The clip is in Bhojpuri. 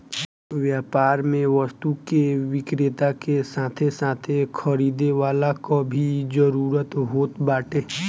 व्यापार में वस्तु के विक्रेता के साथे साथे खरीदे वाला कअ भी जरुरत होत बाटे